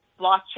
blockchain